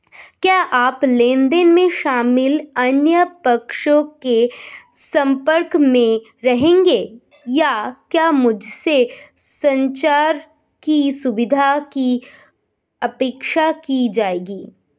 क्या आप लेन देन में शामिल अन्य पक्षों के संपर्क में रहेंगे या क्या मुझसे संचार की सुविधा की अपेक्षा की जाएगी?